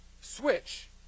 switch